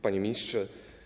Panie Ministrze!